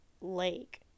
lake